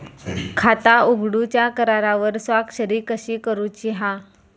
खाता उघडूच्या करारावर स्वाक्षरी कशी करूची हा?